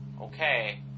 okay